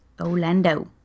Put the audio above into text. Orlando